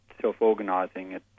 self-organising